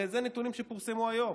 אלה נתונים שפורסמו היום.